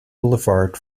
boulevard